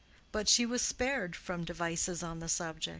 but she was spared from devices on the subject.